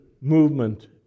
movement